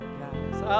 guys